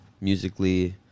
musically